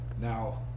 Now